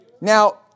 Now